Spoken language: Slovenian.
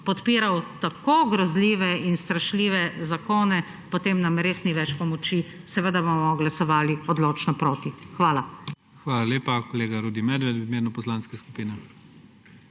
podpiral tako grozljive in strašljive zakone, potem nam res ni več pomoči. Seveda bomo glasovali odločno proti. Hvala. PREDSEDNIK IGOR ZORČIČ: Hvala lepa. Kolega Rudi Medved v imenu poslanske skupine.